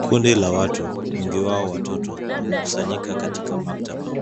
Kundi la watu wengi, wao watoto wamekusanyika katika maktaba.